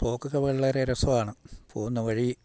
പോക്കൊക്കെ വളരെ രസവാണ് പോകുന്ന വഴി